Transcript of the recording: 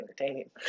entertaining